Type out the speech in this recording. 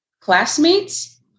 classmates